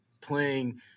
playing